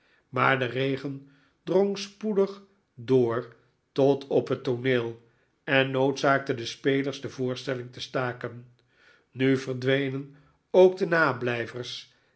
maar de regen drong spoedig door tot op het tooneel en noodzaakte de spelers de voorstelling te staken nu verdwenen ook de nablijvers